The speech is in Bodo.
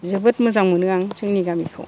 जोबोद मोजां मोनो आं जोंनि गामिखौ